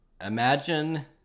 imagine